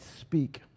speak